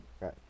Right